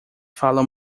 falam